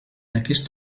aquest